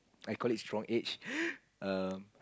I call it strong age err